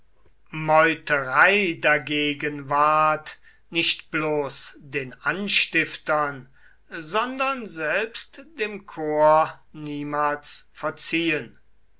meuterei dagegen ward nicht bloß den anstiftern sondern selbst dem korps niemals verziehen